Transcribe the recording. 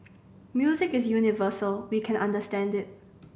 music is universal we can understand it